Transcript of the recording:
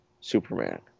Superman